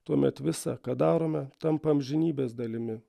tuomet visa ką darome tampa amžinybės dalimi